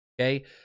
Okay